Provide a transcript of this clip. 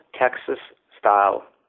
Texas-style